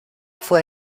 fue